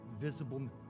visible